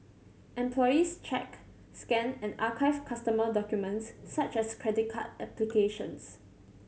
employees check scan and archive customer documents such as credit card applications